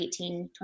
18